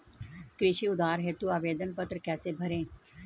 कृषि उधार हेतु आवेदन पत्र कैसे भरें?